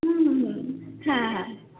হুম হুম হ্যাঁ হ্যাঁ